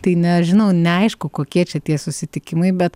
tai nežinau neaišku kokie čia tie susitikimai bet